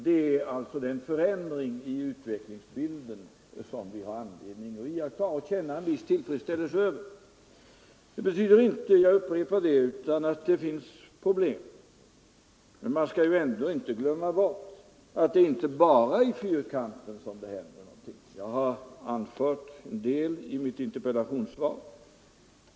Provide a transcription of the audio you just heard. Det är en förändring av utvecklingsbilden som vi nu har anledning att känna viss tillfredsställelse över. Det betyder inte — jag upprepar det — att det inte finns problem. Man skall ändå inte glömma bort att det inte bara är i Fyrkanten som det händer någonting. Jag har anfört en del i mitt interpellationssvar.